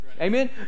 Amen